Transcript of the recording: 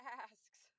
asks